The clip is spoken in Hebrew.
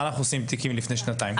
מה אנחנו עושים עם תיקים מלפני שנתיים?